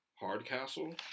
Hardcastle